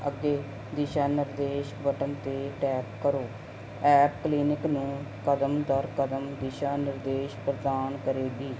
ਅੱਗੇ ਦਿਸ਼ਾ ਨਿਰਦੇਸ਼ ਬਟਨ 'ਤੇ ਟੈਪ ਕਰੋ ਐਪ ਕਲੀਨਿਕ ਨੂੰ ਕਦਮ ਦਰ ਕਦਮ ਦਿਸ਼ਾ ਨਿਰਦੇਸ਼ ਪ੍ਰਦਾਨ ਕਰੇਗੀ